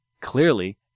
clearly